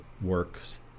works